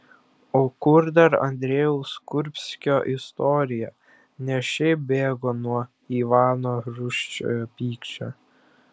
o kur dar andrejaus kurbskio istorija ne šiaip bėgo nuo ivano rūsčiojo pykčio